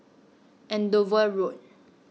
Andover Road